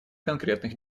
конкретных